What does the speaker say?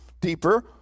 deeper